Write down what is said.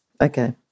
Okay